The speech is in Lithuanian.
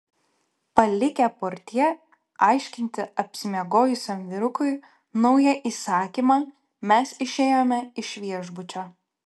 palikę portjė aiškinti apsimiegojusiam vyrukui naują įsakymą mes išėjome iš viešbučio